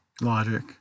Logic